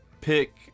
pick